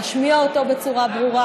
להשמיע אותו בצורה ברורה,